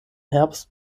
herbst